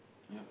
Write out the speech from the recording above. yup